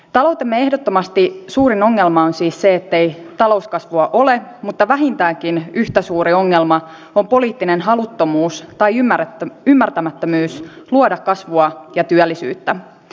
taloutemme ehdottomasti suurin ongelma on siis se ettei talouskasvua ole mutta vähintäänkin yhtä suuri ongelma on poliittinen haluttomuus tai ymmärtämättömyys luoda kasvua ja työllisyyttä